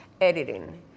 Editing